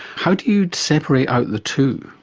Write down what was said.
how do you separate out the two?